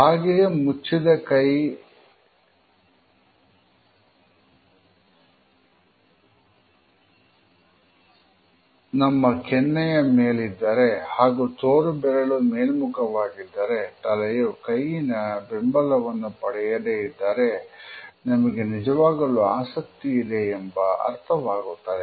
ಹಾಗೆಯೇ ಮುಚ್ಚಿದ ಕೈ ನಮ್ಮ ಕೆನ್ನೆಯ ಮೇಲಿದ್ದರೆ ಹಾಗೂ ತೋರುಬೆರಳು ಮೇಲ್ಮುಖವಾಗಿದ್ದರೆ ತಲೆಯು ಕೈಯಿನ ಬೆಂಬಲವನ್ನು ಪಡೆಯದೆ ಇದ್ದಾರೆ ನಮಗೆ ನಿಜವಾಗಲೂ ಆಸಕ್ತಿ ಇದೆ ಎಂಬ ಅರ್ಥವಾಗುತ್ತದೆ